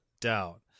doubt